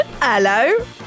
Hello